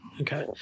Okay